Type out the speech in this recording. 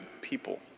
people